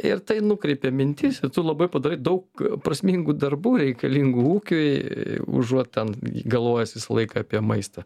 ir tai nukreipia mintis ir tu labai padarai daug prasmingų darbų reikalingų ūkiui užuot ten galvojęs visą laiką apie maistą